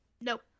Nope